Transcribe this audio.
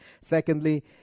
Secondly